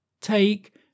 take